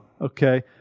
Okay